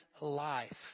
life